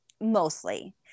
mostly